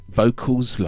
vocals